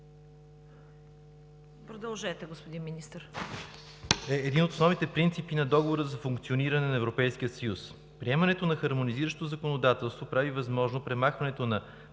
в държавите членки, е един от основните принципи на Договора за функционирането на Европейския съюз. Приемането на хармонизиращо законодателство прави възможно премахването на